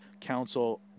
council